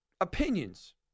opinions